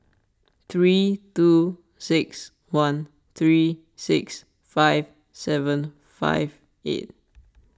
three two six one three six five seven five eight